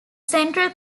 central